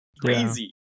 Crazy